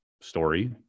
story